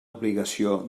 obligació